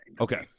Okay